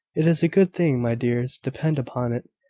it is a good thing, my dears, depend upon it,